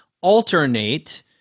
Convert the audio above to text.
alternate